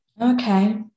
okay